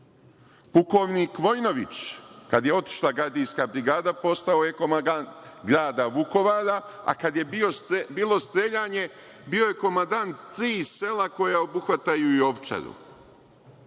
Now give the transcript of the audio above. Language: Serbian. Pukovnik Vojinović, kad je otišla Gajdinska brigada postao je komandant grada Vukovara, a kad je bilo streljanje bio je komandant tri sela koja obuhvataju i Ovčaru